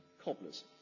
cobblers